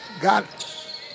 got